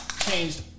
changed